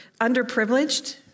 underprivileged